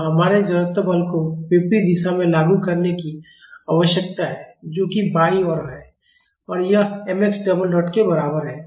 तो हमारे जड़त्व बल को विपरीत दिशा में लागू करने की आवश्यकता है जो कि बाईं ओर है और यह m x डबल डॉट के बराबर है